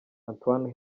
antoine